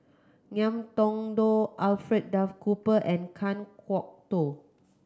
Ngiam Tong Dow Alfred Duff Cooper and Kan Kwok Toh